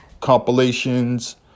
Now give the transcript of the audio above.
compilations